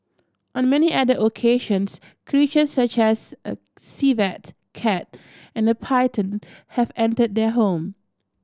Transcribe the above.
on many other occasions creatures such as a civet cat and a pattern have entered their home